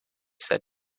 said